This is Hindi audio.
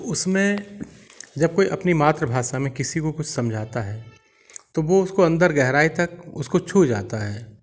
तो उसमें जब कोई अपनी मातृ भाषा में किसी को कुछ समझाता है तो उसको अंदर गहराई तक उसको छू जाता है